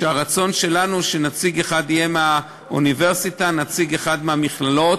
והרצון שלנו הוא שנציג אחד יהיה מהאוניברסיטאות ונציג אחד מהמכללות.